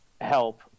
help